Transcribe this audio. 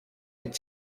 mit